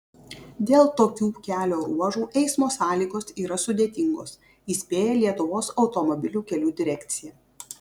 dėl tokių kelio ruožų eismo sąlygos yra sudėtingos įspėja lietuvos automobilių kelių direkcija